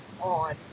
on